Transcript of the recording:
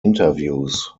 interviews